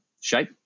shape